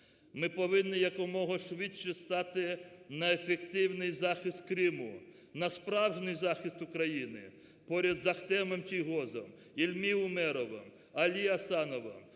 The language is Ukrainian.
Ми повинні якомога швидше стати на ефективний захист Криму, на справжній захист України, поряд з Ахтемом Чийгозом, Ільмі Умеровим, Алі Асановим,